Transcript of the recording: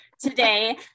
today